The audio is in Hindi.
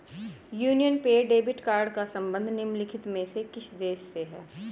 यूनियन पे डेबिट कार्ड का संबंध निम्नलिखित में से किस देश से है?